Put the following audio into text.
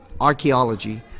archaeology